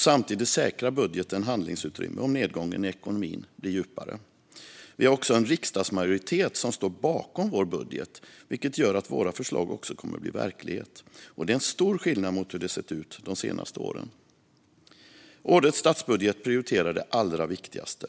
Samtidigt säkrar budgeten handlingsutrymme om nedgången i ekonomin blir djupare. Vi har också en riksdagsmajoritet som står bakom vår budget, vilket gör att våra förslag också kommer att bli verklighet. Det är en stor skillnad mot hur det sett ut de senaste åtta åren. Årets statsbudget prioriterar det allra viktigaste.